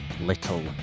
little